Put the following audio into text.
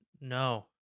no